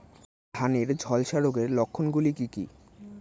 ধানের ঝলসা রোগের লক্ষণগুলি কি কি?